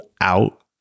out